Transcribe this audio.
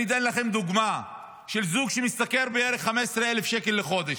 אני אתן לכם דוגמה של זוג שמשתכר כל אחד בערך ב-15,000 שקל בחודש: